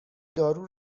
دارو